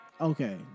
Okay